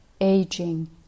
aging